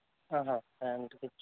ఫాంటుకు ఇచ్చి